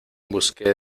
busqué